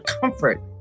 comfort